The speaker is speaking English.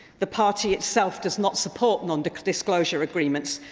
the party itself does not support non-disclosure agreements.